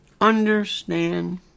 Understand